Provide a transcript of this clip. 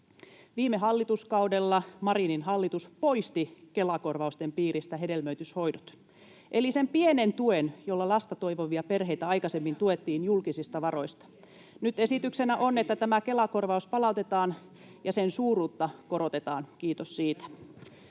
Viime hallituskaudella Marinin hallitus poisti Kela-korvausten piiristä hedelmöityshoidot [Ben Zyskowicz: Ohhoh!] eli sen pienen tuen, jolla lasta toivovia perheitä aikaisemmin tuettiin julkisista varoista. Nyt esityksenä on, että tämä Kela-korvaus palautetaan ja sen suuruutta korotetaan — kiitos siitä.